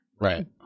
right